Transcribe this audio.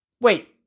Wait